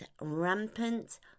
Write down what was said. rampant